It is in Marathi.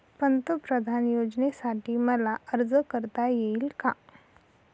पंतप्रधान योजनेसाठी मला अर्ज करता येईल का?